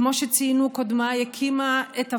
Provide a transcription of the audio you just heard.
כמו שציינו קודמיי, היא הקימה את הוועדה,